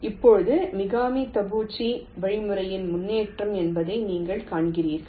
இப்போது இது Mikami Taguchi வழிமுறையின் முன்னேற்றம் என்பதை நீங்கள் காண்கிறீர்கள்